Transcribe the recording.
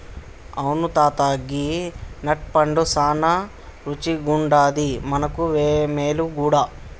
అవును తాత గీ నట్ పండు సానా రుచిగుండాది మనకు మేలు గూడా